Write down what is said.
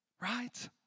right